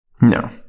No